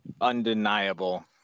undeniable